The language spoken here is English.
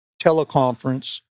teleconference